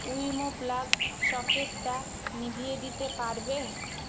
Wemo plug সকেটটা নিভিয়ে দিতে পারবে